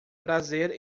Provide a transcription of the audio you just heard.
prazer